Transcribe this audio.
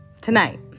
tonight